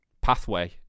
pathway